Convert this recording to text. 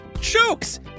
jokes